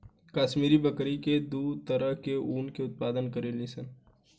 काश्मीरी बकरी दू तरह के ऊन के उत्पादन करेली सन